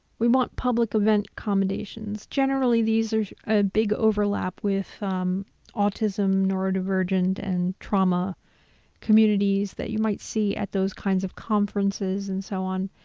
we want public event commendations. generally these are ah big overlap with autism, neurodivergent and trauma communities that you might see at those kinds of conferences and so on.